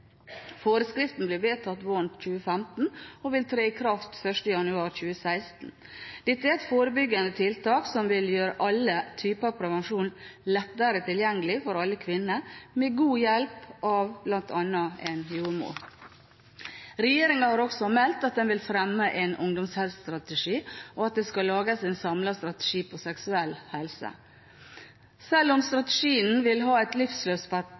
Forskriften ble vedtatt våren 2015 og vil tre i kraft 1. januar 2016. Dette er et forebyggende tiltak som vil gjøre alle typer prevensjon lettere tilgjengelig for alle kvinner, med god hjelp av bl.a. en jordmor. Regjeringen har også meldt at den vil fremme en ungdomshelsestrategi, og at det skal lages en samlet strategi for seksuell helse. Selv om strategien vil ha et